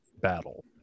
Battle